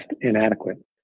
inadequate